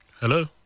Hello